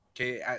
okay